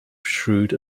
shrewd